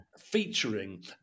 featuring